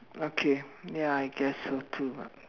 okay ya I guess so too